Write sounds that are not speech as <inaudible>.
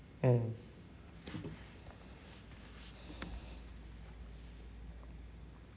mm <breath>